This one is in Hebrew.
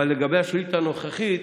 אבל לגבי השאילתה הנוכחית,